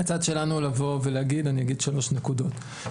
אני אגיד שלוש נקודות.